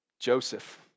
Joseph